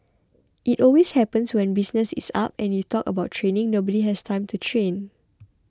it always happens when business is up and you talk about training nobody has time to train